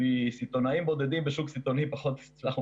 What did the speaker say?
מסיטונאים בודדים בשוק הסיטונאי פחות הצלחנו